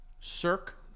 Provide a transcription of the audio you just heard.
circ